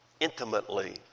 Intimately